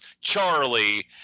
Charlie